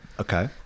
okay